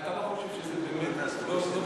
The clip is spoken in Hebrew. הם לא אומרים את האמת מעל בימת הכנסת.